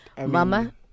Mama